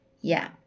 Yeah